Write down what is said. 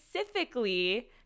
specifically